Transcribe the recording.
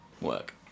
Work